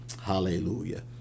Hallelujah